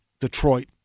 Detroit